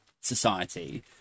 society